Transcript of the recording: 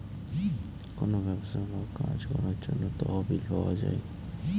কোনো ব্যবসা বা কাজ করার জন্য তহবিল পাওয়া যায়